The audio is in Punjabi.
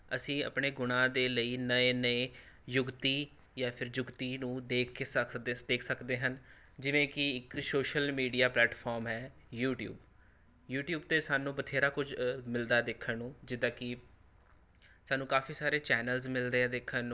ਅਸੀਂ ਆਪਣੇ ਗੁਣਾਂ ਦੇ ਲਈ ਨਵੇਂ ਨਵੇਂ ਯੁਕਤੀ ਜਾਂ ਫਿਰ ਯੁਕਤੀ ਨੂੰ ਦੇਖ ਕੇ ਸਕ ਦਿਸ ਦੇਖ ਸਕਦੇ ਹਨ ਜਿਵੇਂ ਕਿ ਇੱਕ ਸੋਸ਼ਲ ਮੀਡੀਆ ਪਲੇਟਫਾਰਮ ਹੈ ਯੂਟਿਊਬ ਯੂਟਿਊਬ 'ਤੇ ਸਾਨੂੰ ਬਥੇਰਾ ਕੁਝ ਮਿਲਦਾ ਦੇਖਣ ਨੂੰ ਜਿੱਦਾਂ ਕਿ ਸਾਨੂੰ ਕਾਫੀ ਸਾਰੇ ਚੈੱਨਲਸ ਮਿਲਦੇ ਆ ਦੇਖਣ ਨੂੰ